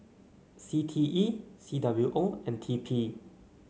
C T E C W O and T P